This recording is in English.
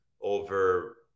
over